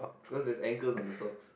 cause there's ankles on the sock